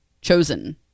chosen